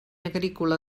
agrícola